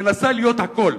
מנסה להיות הכול: